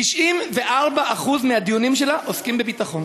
94% מהדיונים שלה עוסקים בביטחון.